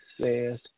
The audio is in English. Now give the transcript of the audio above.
says